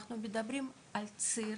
אנחנו מדברים על ציר,